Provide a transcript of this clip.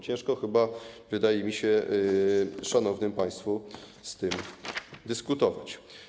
Ciężko, wydaje mi się, szanownym państwu z tym dyskutować.